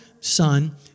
Son